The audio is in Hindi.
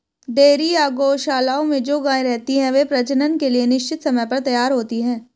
डेयरी या गोशालाओं में जो गायें रहती हैं, वे प्रजनन के लिए निश्चित समय पर तैयार होती हैं